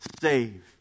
Save